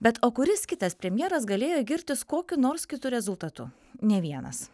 bet o kuris kitas premjeras galėjo girtis kokiu nors kitu rezultatu nė vienas